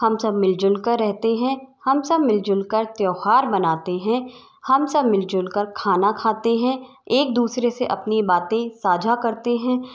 हम सब मिलजुलकर रहते हैं हम सब मिलजुलकर त्यौहार मनाते हैं हम सब मिलजुलकर खाना खाते हैं एक दूसरे से अपनी बातें साझा करते हैं